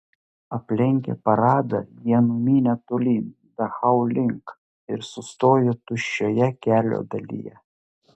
aplenkę paradą jie numynė tolyn dachau link ir sustojo tuščioje kelio dalyje